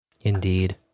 Indeed